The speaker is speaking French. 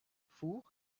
four